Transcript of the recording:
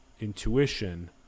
intuition